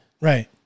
Right